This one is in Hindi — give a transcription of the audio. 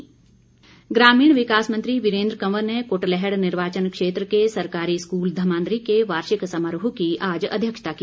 वीरेन्द्र कंवर ग्रामीण विकास मंत्री वीरेन्द्र कंवर ने कुटलैहड़ निर्वाचन क्षेत्र के सरकारी स्कूल धमान्दरी के वार्षिक समारोह की आज अध्यक्षता की